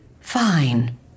fine